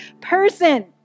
person